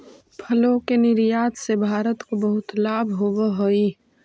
फलों के निर्यात से भारत को बहुत लाभ होवअ हई